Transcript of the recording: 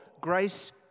grace